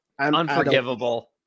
unforgivable